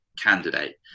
candidate